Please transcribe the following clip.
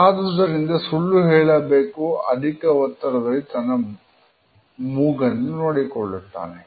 ಆದುದರಿಂದ ಸುಳ್ಳು ಹೇಳಬೇಕು ಅಧಿಕ ಒತ್ತಡದಲ್ಲಿ ತನ್ನ ಮೂಗನ್ನು ನೋಡಿಕೊಳ್ಳುತ್ತಾನೆ